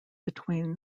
between